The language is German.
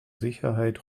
sicherheit